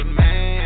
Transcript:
man